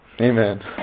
Amen